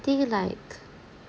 think like